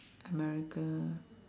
america